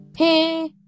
Hey